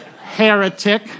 Heretic